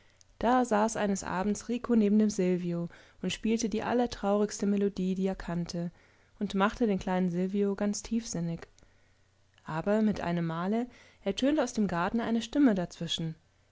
da saß eines abends rico neben dem silvio und spielte die allertraurigste melodie die er kannte und machte den kleinen silvio ganz tiefsinnig aber mit einem male ertönte aus dem garten eine stimme dazwischen